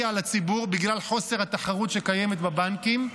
על הציבור בגלל חוסר התחרות שקיימת בבנקים.